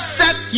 set